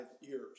years